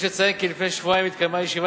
יש לציין כי לפני שבועיים התקיימה ישיבה